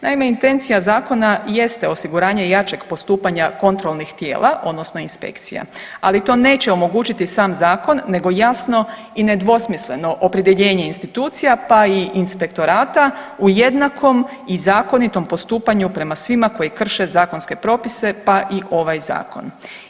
Naime, intencija zakona jeste osiguranje jačeg postupanja kontrolnih tijela odnosno inspekcija, ali to neće omogućiti sam zakon nego jasno i nedvosmisleno opredjeljenje institucija pa i inspektora u jednakom i zakonitom postupanju prema svima koji krše zakonske propise pa i ovaj zakon.